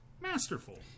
Masterful